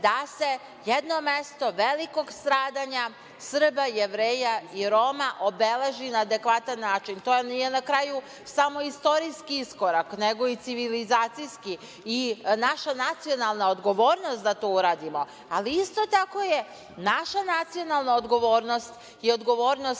da se jedno mesto velikog stradanja Srba, Jevreja i Roma obeleži na adekvatan način. To nije na kraju samo istorijski iskorak, nego i civilizacijski i naša nacionalna odgovornost da to uradimo. Isto tako je naša nacionalna odgovornost i odgovornost